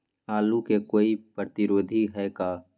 आलू के कोई प्रतिरोधी है का?